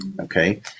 Okay